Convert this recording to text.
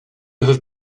have